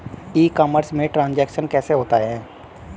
ई commerce में transaction कैसे होता है?